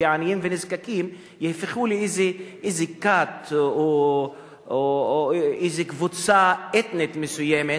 כי העניים והנזקקים הפכו לאיזה כת או איזה קבוצה אתנית מסוימת,